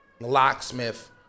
Locksmith